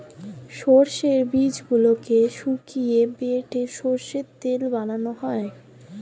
সর্ষের বীজগুলোকে শুকিয়ে বেটে সর্ষের তেল বানানো হয়